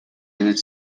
нэгэн